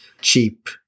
Cheap